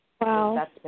Wow